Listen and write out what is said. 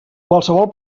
qualsevol